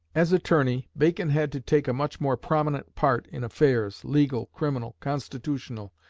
as attorney, bacon had to take a much more prominent part in affairs, legal, criminal, constitutional,